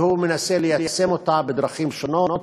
והוא מנסה ליישם אותה בדרכים שונות.